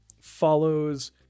follows